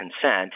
consent